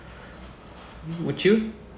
would you